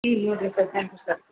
ம் okay sir thank you sir